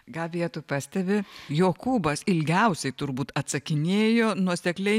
gabija tu pastebi jokūbas ilgiausiai turbūt atsakinėjo nuosekliai